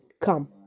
come